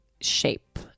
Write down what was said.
shape